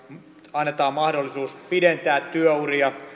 annetaan mahdollisuus pidentää työuria